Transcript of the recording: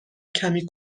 کمی